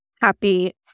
Happy